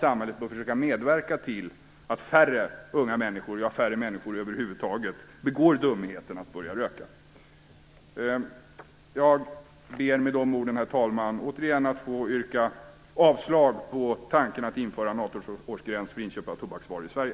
Samhället bör försöka medverka till att färre unga människor, ja, färre människor över huvud taget, begår dumheten att börja röka. Jag ber med de orden, herr talman, återigen att få yrka avslag på tanken att införa en 18-årsgräns för inköp av tobaksvaror i Sverige.